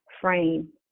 frame